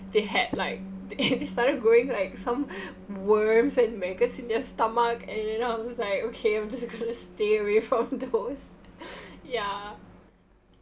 they had like they they started growing like some worms and maggots in their stomach and then I was like okay I'm just going to stay away from those ya